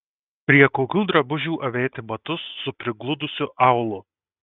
prie kokių drabužių avėti batus su prigludusiu aulu